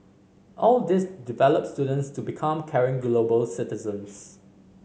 all this develop students to become caring global citizens